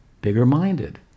Bigger-minded